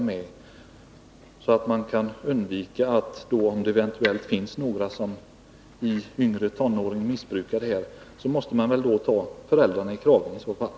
På det sättet kan man undvika missbruk. Man måste ta de föräldrar i kragen som har ungdomar i lägre tonåren som missbrukar snabbviner.